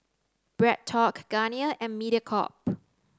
BreadTalk Garnier and Mediacorp